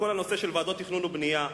כל הנושא של ועדות תכנון ובנייה,